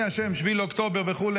מי אשם ב-7 באוקטובר וכו',